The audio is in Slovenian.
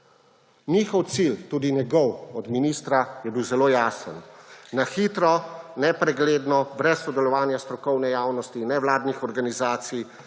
Njihov cilj, tudi njegov, od ministra, je bil zelo jasen: na hitro, nepregledno, brez sodelovanja strokovne javnosti in nevladnih organizacij,